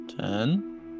Ten